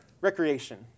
recreation